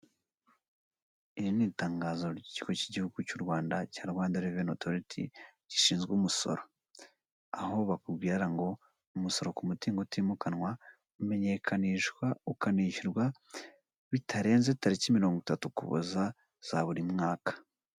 Iri ni itangazo ry'ikigo k'igihugu cy'u Rwanda cya Rwanda reveni otoriti gishinzwe umusoro, aho bakubwira ngo umusoro ku mutungo utimukanwa umenyekanishwa ukanishyurwa bitarenze tariki mirongo itatu ukuboza, za buri mwaka.